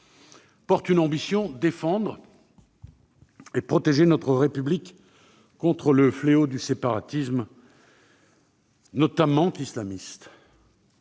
porte une ambition : défendre et protéger notre République contre le fléau du séparatisme, notamment islamiste.